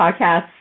podcasts